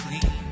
clean